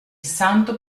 santo